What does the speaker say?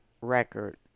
record